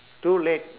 too late